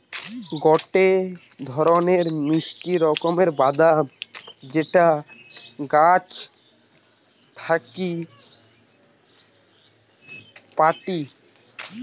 গটে ধরণের মিষ্টি রকমের বাদাম যেটা গাছ থাকি পাইটি